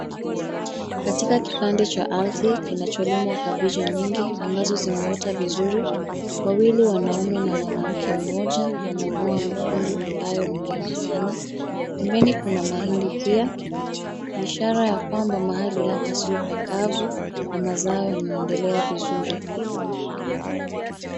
Katika kipande cha ardhi kinacholimwa kabeji nyingi ambazo zimeota vizuri. Wawili wanaume na mwanamke mmoja wanang'oa makungu amabayo ni mengi sana. Pembeni kuna mahindi pia, ni ishara ya kwamba mahali hapa sio pakavu na mazao yanaendelea vizuri.